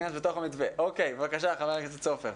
בבקשה, ח"כ סופר.